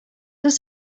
does